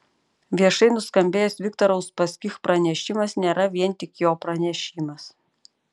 viešai nuskambėjęs viktoro uspaskich pranešimas nėra vien tik jo pranešimas